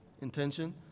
Intention